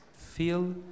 feel